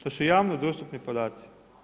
To su javno dostupni podaci.